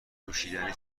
نوشیدنی